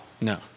No